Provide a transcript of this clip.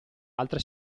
altre